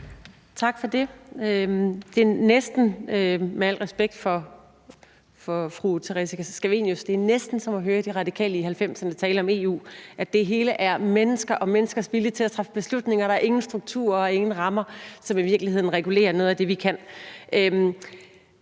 Tak for det. Med al respekt for fru Theresa Scavenius er det næsten som at høre De Radikale i 1990'erne tale om EU; at det hele er mennesker og menneskers vilje til at træffe beslutninger og der er ingen strukturer og ingen rammer, som i virkeligheden regulerer noget af det, vi kan.